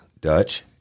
Dutch